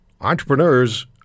Entrepreneurs